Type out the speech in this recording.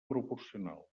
proporcional